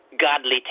godly